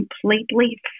completely